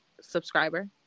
subscriber